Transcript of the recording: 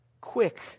quick